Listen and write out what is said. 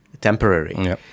temporary